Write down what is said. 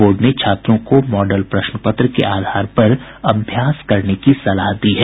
board ने छात्रों को मॉडल प्रश्न पत्र के आधार पर अभ्यास करने की सलाह दी है